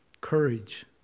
courage